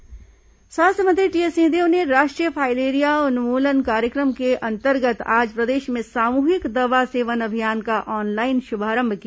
filaria उन्मुलन अभियान स्वास्थ्य मंत्री टीएस सिंहदेव ने राष्ट्रीय फाइलेरिया उन्मूलन कार्यक्रम के अंतर्गत आज प्रदेश में सामूहिक दवा सेवन अभियान का ऑनलाइन शुभारंभ किया